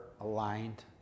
aligned